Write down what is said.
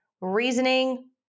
reasoning